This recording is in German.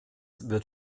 wird